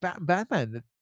Batman